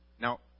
Now